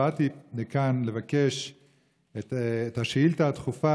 באתי לכאן לבקש את השאילתה הדחופה